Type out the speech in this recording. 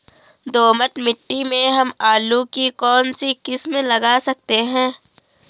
दोमट मिट्टी में हम आलू की कौन सी किस्म लगा सकते हैं?